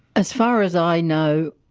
as far as i know,